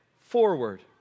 forward